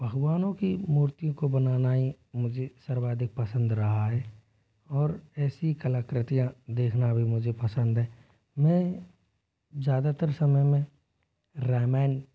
भगवानों की मूर्तियों को बनाना ही मुझे सर्वाधिक पसंद रहा है और ऐसी कलाकृतियाँ देखना भी मुझे पसंद है मैं ज़्यादातर समय में रामायण